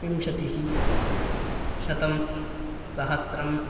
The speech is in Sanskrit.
विंशतिः शतं सहस्रम्